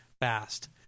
fast